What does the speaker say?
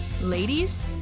Ladies